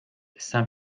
saint